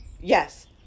yes